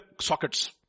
sockets